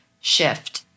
shift